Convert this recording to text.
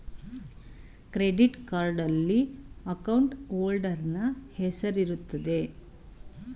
credit ಕಾರ್ಡ್ನಲ್ಲಿ account holder ನ ಹೆಸರಿರುತ್ತೆ